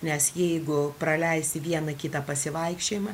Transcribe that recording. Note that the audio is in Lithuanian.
nes jeigu praleisi vieną kitą pasivaikščiojimą